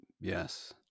Yes